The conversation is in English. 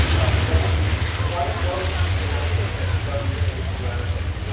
so what what would you be doing if w a two s